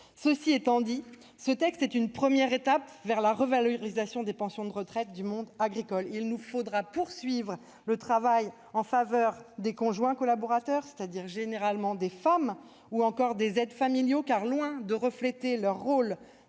Cela dit, ce texte est une première étape vers la revalorisation des pensions de retraite du monde agricole. Il nous faudra poursuivre le travail en faveur des conjoints collaborateurs, c'est-à-dire généralement des femmes, ou encore des aides familiaux, car leurs pensions, loin de refléter leur rôle